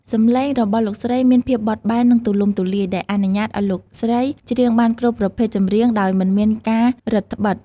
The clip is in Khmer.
សំឡេងរបស់លោកស្រីមាន ភាពបត់បែន និង ទូលំទូលាយ ដែលអនុញ្ញាតឲ្យលោកស្រីច្រៀងបានគ្រប់ប្រភេទចម្រៀង ដោយមិនមានការរឹតត្បិត។